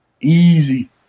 easy